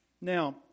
Now